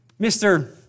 Mr